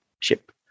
ship